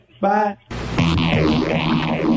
Bye